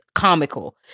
comical